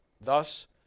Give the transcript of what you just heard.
Thus